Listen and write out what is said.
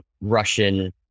Russian